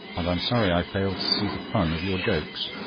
and i am sorry i fail to see the fun of your jokes.